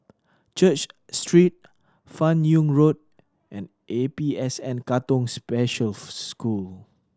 Church Street Fan Yoong Road and A P S N Katong Special School